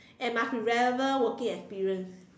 and must be relevant working experience